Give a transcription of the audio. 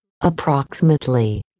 approximately